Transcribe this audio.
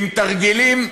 עם תרגילים,